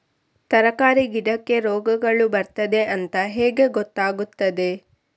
ತರಕಾರಿ ಗಿಡಕ್ಕೆ ರೋಗಗಳು ಬರ್ತದೆ ಅಂತ ಹೇಗೆ ಗೊತ್ತಾಗುತ್ತದೆ?